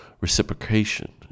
reciprocation